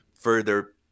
Further